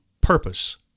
purpose